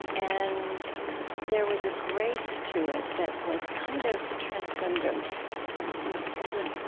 and there was a grace to it that was kind of transcendent thank you.